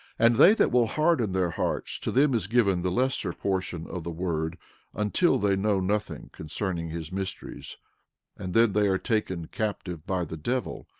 and they that will harden their hearts, to them is given the lesser portion of the word until they know nothing concerning his mysteries and then they are taken captive by the devil,